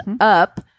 up